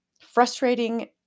frustrating